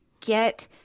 get